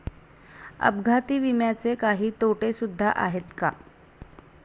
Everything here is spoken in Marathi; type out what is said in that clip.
अपघाती विम्याचे काही तोटे सुद्धा आहेत का?